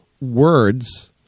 words